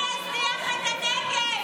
מי הזניח את הנגב?